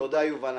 תודה, יובל.